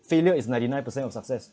failure is ninety nine percent of success